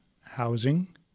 housing